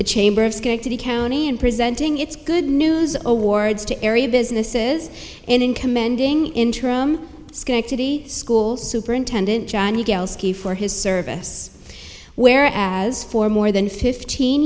the chamber of scanty county and presenting its good news all wards to area businesses and in commending interim schenectady school superintendent johnny gale skee for his service where as for more than fifteen